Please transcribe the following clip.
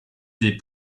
des